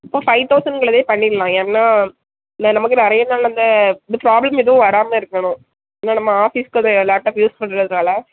இப்போ ஃபைவ் தொளசண்ட்குள்ளவே பண்ணிடலாம் ஏனால் நம நமக்கு நிறைய நாள் அந்த ப்ராப்ளம் எதுவும் வராமல் இருக்கணும் ஏனால் நம்ம ஆபீஸ்க்கு அது லேப்டாப் யூஸ் பண்ணுறதுனால